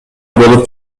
болуп